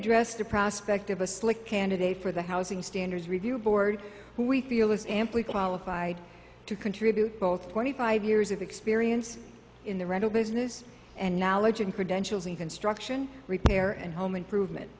address the prospect of a slick candidate for the housing standards review board who we feel is amply qualified to contribute both twenty five years of experience in the rental business and knowledge and credentials even struction repair and home improvement